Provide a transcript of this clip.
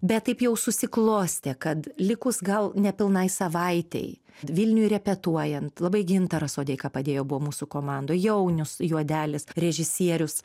bet taip jau susiklostė kad likus gal nepilnai savaitei vilniuj repetuojant labai gintaras sodeika padėjo buvo mūsų komandoj jaunius juodelis režisierius